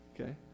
Okay